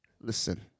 listen